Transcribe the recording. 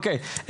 אוקיי,